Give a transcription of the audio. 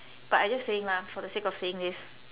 but I just saying lah for the sake of saying this